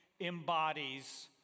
embodies